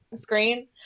screen